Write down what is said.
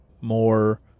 more